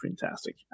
fantastic